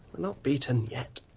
not beaten yet.